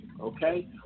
okay